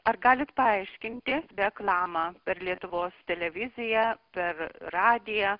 ar galit paaiškinti reklamą per lietuvos televiziją per radiją